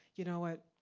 you know what,